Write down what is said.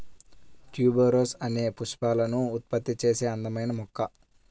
tuberose అనేది పుష్పాలను ఉత్పత్తి చేసే అందమైన మొక్క